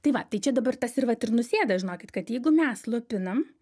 tai va tai čia dabar tas ir vat ir nusėda žinokit kad jeigu mes slopinam